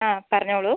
ആ പറഞ്ഞോളൂ